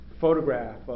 photograph